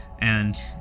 and-